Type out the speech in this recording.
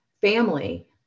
family